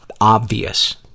obvious